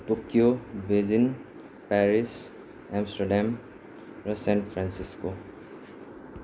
Tokyo Beijing Paris Amsterdam र San Francisco